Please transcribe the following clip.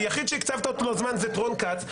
היחיד שהקצבת לו זמן זה את רון כץ.